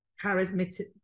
charismatic